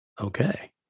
Okay